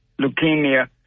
leukemia